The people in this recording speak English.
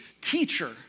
teacher